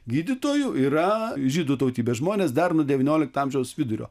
gydytojų yra žydų tautybės žmonės dar nuo devyniolikto amžiaus vidurio